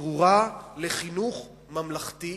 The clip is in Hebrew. ברורה לחינוך ממלכתי.